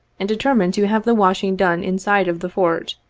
and deter mined to have the washing done inside of the fort,